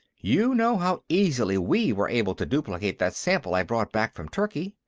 you know how easily we were able to duplicate that sample i brought back from turkey.